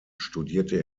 studierte